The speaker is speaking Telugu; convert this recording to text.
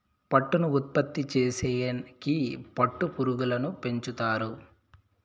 పట్టును ఉత్పత్తి చేసేకి పట్టు పురుగులను పెంచుతారు